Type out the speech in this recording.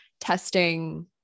testing